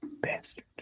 Bastard